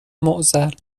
معضل